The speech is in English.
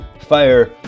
Fire